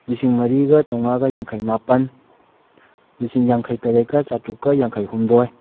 ꯂꯤꯁꯤꯡ ꯃꯔꯤꯒ ꯆꯃꯉꯥꯒ ꯌꯥꯡꯈꯩꯃꯥꯄꯜ ꯂꯤꯁꯤꯡ ꯌꯥꯡꯈꯩꯇꯔꯦꯠꯀ ꯆꯥꯇ꯭ꯔꯨꯛꯀ ꯌꯥꯡꯈꯩꯍꯨꯝꯗꯣꯏ